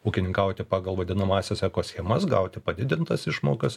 ūkininkauti pagal vadinamąsias eko schemas gauti padidintas išmokas